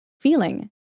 feeling